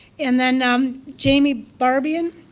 and then um jamie barbian